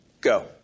Go